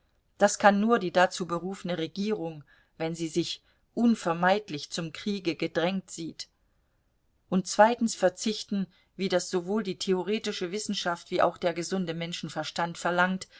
das kann nur die dazu berufene regierung wenn sie sich unvermeidlich zum kriege gedrängt sieht und zweitens verzichten wie das sowohl die theoretische wissenschaft wie auch der gesunde menschenverstand verlangt